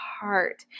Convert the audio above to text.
heart